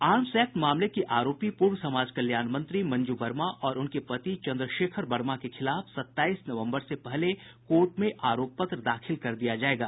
arms act की आरोपी पूर्व समाज कल्याण मंत्री मंजू वर्मा और उनके पति चन्द्रशेखर वर्मा के खिलाफ सत्ताईस नवम्बर से पहले कोर्ट में आरोप पत्र दाखिल कर दिया जायेगा